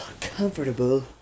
comfortable